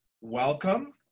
welcome